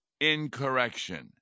incorrection